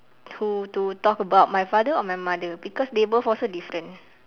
to to talk about my father or my mother because they both also different